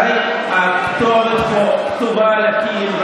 הרי הכתובת פה כתובה על הקיר,